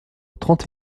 trente